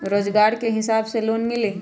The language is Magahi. रोजगार के हिसाब से लोन मिलहई?